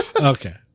Okay